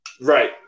Right